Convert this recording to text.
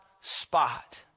spot